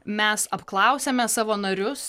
mes apklausėme savo narius